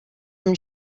from